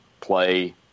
play